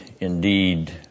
indeed